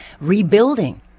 rebuilding